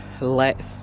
let